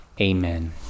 Amen